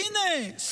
הינה,